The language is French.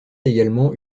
également